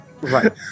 Right